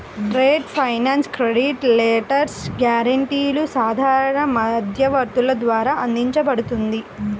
trade finance credit letters, గ్యారెంటీలు సాధారణ మధ్యవర్తుల ద్వారా అందించబడుతుంది